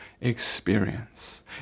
experience